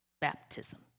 baptism